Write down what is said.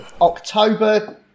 October